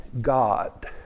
God